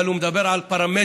אבל הוא מדבר על פרמטרים,